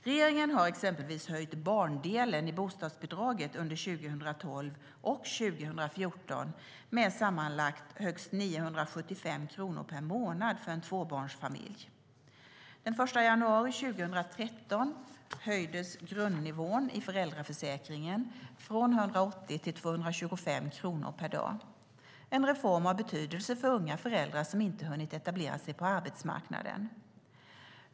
Regeringen har exempelvis höjt barndelen i bostadsbidraget under 2012 och 2014 med sammanlagt högst 975 kronor per månad för en tvåbarnsfamilj. Den 1 januari 2013 höjdes grundnivån i föräldraförsäkringen från 180 till 225 kronor per dag. Det är en reform av betydelse för unga föräldrar som inte hunnit etablera sig på arbetsmarknaden.